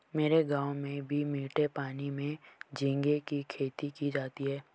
मेरे गांव में भी मीठे पानी में झींगे की खेती की जाती है